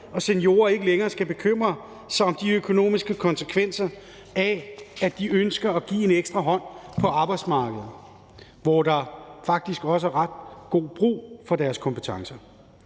og seniorer ikke længere skal bekymre sig om de økonomiske konsekvenser af, at de ønsker at give en ekstra hånd på arbejdsmarkedet, hvor der faktisk også er god brug for deres kompetencer.